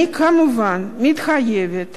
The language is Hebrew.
אני כמובן מתחייבת